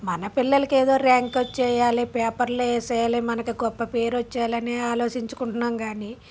మన పిల్లలకి ఏదో ర్యాంకు వచ్చేయాలి పేపర్లో వేసేయాలి మనకు గొప్ప పేరు వచ్చేలానే ఆలోచించుకుంటున్నాము గానీ